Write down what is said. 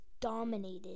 dominated